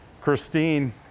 Christine